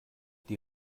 die